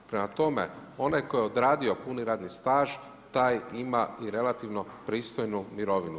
Prema tome, onaj koji je odradio puni radni staž, taj ima i relativnu pristojnu mirovinu.